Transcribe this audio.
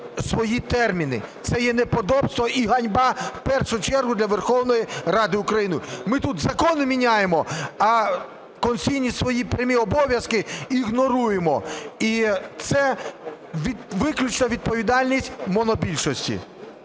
свої терміни. Це є неподобство і ганьба в першу чергу для Верховної Ради України. Ми тут закони міняємо, а конституційні свої прямі обов'язки ігноруємо. І це виключно відповідальність монобільшості.